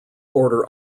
order